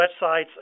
websites